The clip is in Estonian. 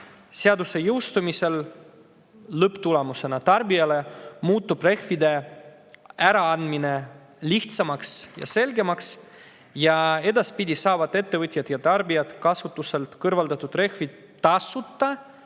Seaduse jõustumisel muutub lõpptulemusena tarbijale rehvide äraandmine lihtsamaks ja selgemaks ning edaspidi saavad ettevõtjad ja tarbijad kasutuselt kõrvaldatud rehvid